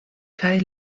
kaj